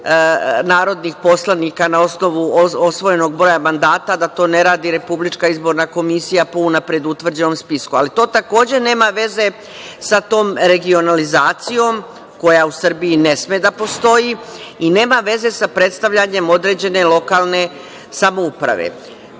narodnih poslanika na osnovu osvojenog broja mandata, da to ne radi RIK, po unapred utvrđenom spisku. To takođe nema veze sa tom regionalizacijom, koja u Srbiji ne sme da postoji i nema veze sa predstavljanjem određene lokalne samouprave.Za